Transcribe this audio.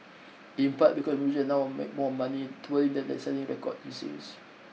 in part because musicians now make more money touring than selling records he says